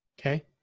Okay